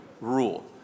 rule